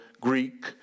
Greek